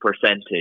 percentage